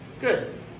Good